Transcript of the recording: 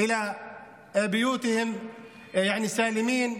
יחזרו לבתיהם בריאים.